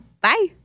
Bye